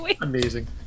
Amazing